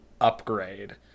upgrade